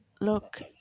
look